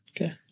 Okay